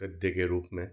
गद्य के रूप में